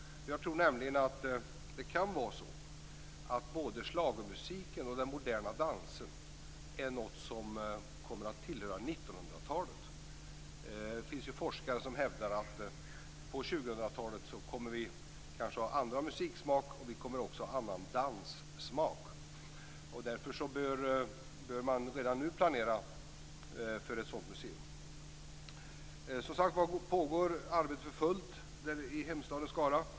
Jag tror nämligen att det kan vara så att både schlagermusiken och den moderna dansen är något som kommer att tillhöra 1900-talet. Det finns forskare som hävdar att vi kanske kommer att ha en annan musiksmak på 2000-talet och även en annan danssmak. Därför bör man redan nu planera för ett sådant museum. Som sagt var pågår arbetet för fullt i hemstaden Skara.